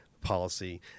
policy